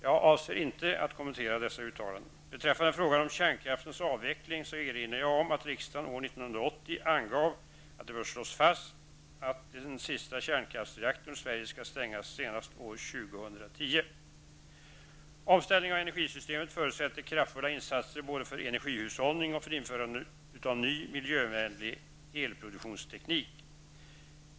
Jag avser inte att kommentera dessa uttalanden. Beträffande frågan om kärnkraftens avveckling erinrar jag om att riksdagen år 1980 angav att det bör slås fast att den sista kärnkraftsreaktorn i Sverige skall stängas senast år 2010. Omställningen av energisystemet förutsätter kraftfulla insatser både för energihushållning och för införande av ny, miljövänlig elproduktionsteknik.